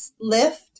lift